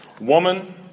Woman